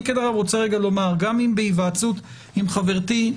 גם אם בהיוועצות עם חברתי,